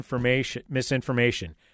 misinformation